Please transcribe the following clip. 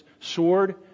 sword